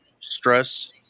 stress